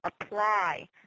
apply